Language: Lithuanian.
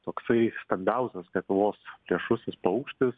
toksai stambiausias lietuvos plėšrusis paukštis